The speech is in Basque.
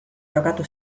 jokatu